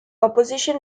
opposition